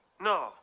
No